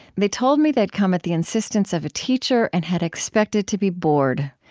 they told me they'd come at the insistence of a teacher and had expected to be bored.